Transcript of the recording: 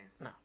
No